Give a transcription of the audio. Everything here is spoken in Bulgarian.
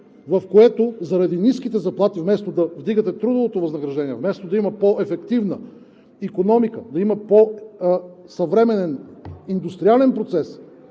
в което заради ниските заплати – вместо да вдигате трудовото възнаграждение, вместо да има по-ефективна икономика, да има по-съвременен индустриален процес,